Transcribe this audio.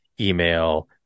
email